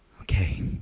Okay